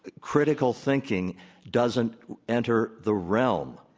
critical thinking doesn't enter the realm